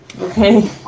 okay